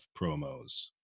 promos